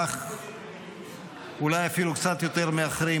לך אולי אפילו קצת יותר מאחרים,